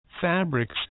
fabrics